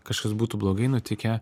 kažkas būtų blogai nutikę